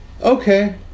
okay